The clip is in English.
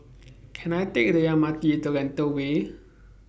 Can I Take The M R T to Lentor Way